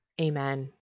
amen